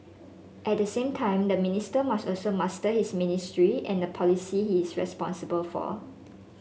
at the same time the minister must also master his ministry and the policy he is responsible for